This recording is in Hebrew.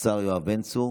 השר יואב בן צור.